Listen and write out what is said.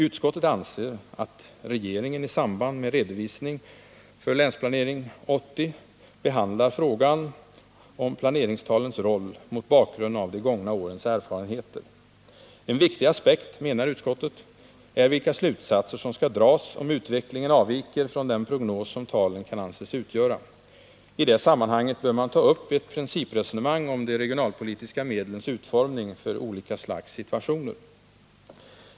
Utskottet anser att regeringen i samband med redovisning för Länsplanering 80 behandlar frågan om planeringstalens roll mot bakgrund av de gångna årens erfarenheter. En viktig aspekt, menar utskottet, är vilka slutsatser som skall dras om utvecklingen avviker från den prognos som talen kan anses utgöra. I det sammanhanget bör man ta upp ett principresonemang om de regionalpolitiska medlens utformning för olika slags situationer.